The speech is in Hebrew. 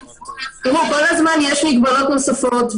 כל הזמן יש מגבלות נוספות,